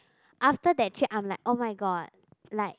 after that chat I am like oh-my-god like